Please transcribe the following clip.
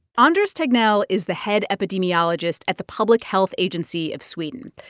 ah anders tegnell is the head epidemiologist at the public health agency of sweden.